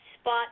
spot